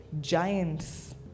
giants